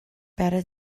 better